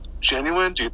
genuine